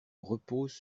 repose